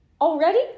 Already